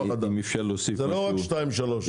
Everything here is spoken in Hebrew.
זה לא רק שתיים-שלוש.